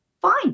fine